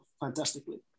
fantastically